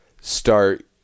start